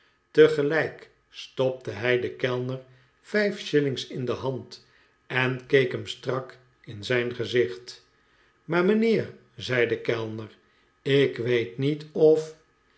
tegelijk stopte hij den kellner vijf shillings in de hand en keek hem strak in het gezicht maar mijnheer zei de kellner ik weet niet of